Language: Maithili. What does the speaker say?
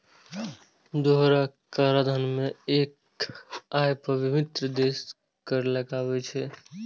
दोहरा कराधान मे एक्के आय पर विभिन्न देश कर लगाबै छै